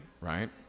right